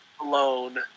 alone